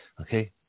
Okay